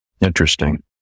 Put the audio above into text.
Interesting